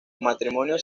matrimonio